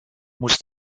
muss